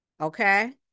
okay